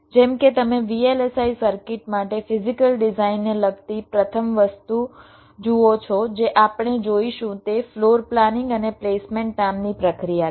જેમ કે તમે VLSI સર્કિટ માટે ફિઝીકલ ડિઝાઇનને લગતી પ્રથમ વસ્તુ જુઓ છો જે આપણે જોઈશું તે ફ્લોર પ્લાનિંગ અને પ્લેસમેન્ટ નામની પ્રક્રિયા છે